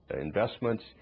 investments